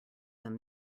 than